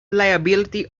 liability